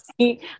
see